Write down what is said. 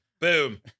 Boom